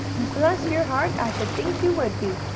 bless your heart! i should think you would be!